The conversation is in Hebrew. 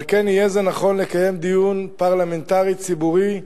על כן, יהיה זה נכון לקיים דיון פרלמנטרי ציבורי,